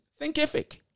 Thinkific